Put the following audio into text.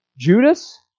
Judas